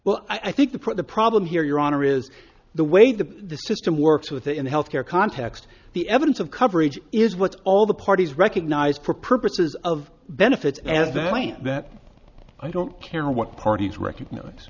well i think the for the problem here your honor is the way the system works within the healthcare context the evidence of coverage is what all the parties recognized for purposes of benefits and they're right that i don't care what parties recognize